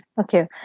okay